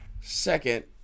Second